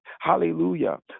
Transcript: Hallelujah